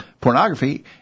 pornography